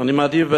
אני מעדיף,